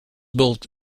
built